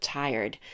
tired